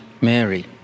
Mary